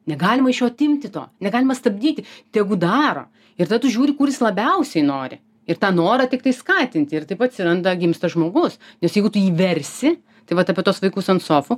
negalima iš jo atimti to negalima stabdyti tegu daro ir tada tu žiūri kur jis labiausiai nori ir tą norą tiktai skatinti ir taip atsiranda gimsta žmogus nes jeigu tu jį versi tai vat apie tuos vaikus ant sofų